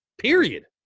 Period